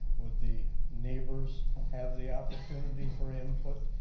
would the neighbors have the opportunity for input.